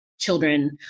children